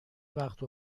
وقت